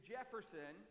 Jefferson